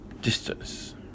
Distance